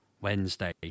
Wednesday